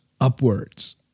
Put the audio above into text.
upwards